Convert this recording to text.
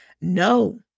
No